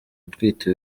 utwite